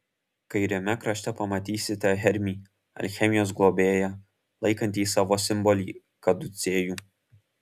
kairiame krašte pamatysite hermį alchemijos globėją laikantį savo simbolį kaducėjų